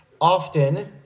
Often